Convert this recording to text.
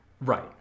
Right